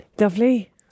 Lovely